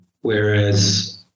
whereas